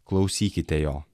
klausykite jo